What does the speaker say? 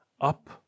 up